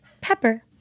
pepper